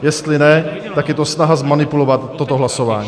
Jestli ne, tak je to snaha zmanipulovat toto hlasování.